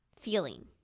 feeling